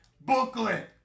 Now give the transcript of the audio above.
booklet